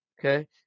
okay